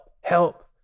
help